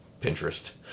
Pinterest